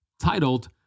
titled